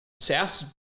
South